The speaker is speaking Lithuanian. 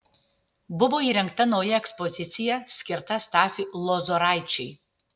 buvo įrengta nauja ekspozicija skirta stasiui lozoraičiui